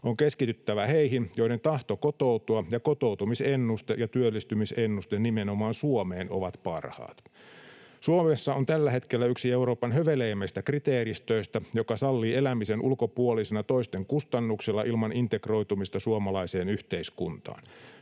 On keskityttävä heihin, joiden tahto kotoutua ja kotoutumisennuste ja työllistymisennuste nimenomaan Suomeen ovat parhaat. Suomessa on tällä hetkellä yksi Euroopan höveleimmistä kriteeristöistä, joka sallii elämisen ulkopuolisena toisten kustannuksella ilman integroitumista suomalaiseen yhteiskuntaan.